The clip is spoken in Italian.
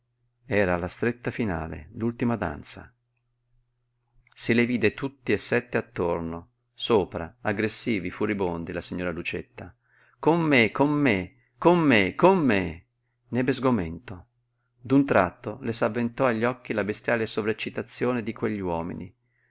era la stretta finale l'ultima danza se le vide tutti e sette attorno sopra aggressivi furibondi la signora lucietta con me con me con me con me n'ebbe sgomento d'un tratto le s'avventò agli occhi la bestiale sovreccitazione di quegli uomini